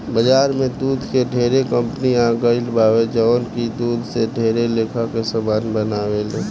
बाजार में दूध के ढेरे कंपनी आ गईल बावे जवन की दूध से ढेर लेखा के सामान बनावेले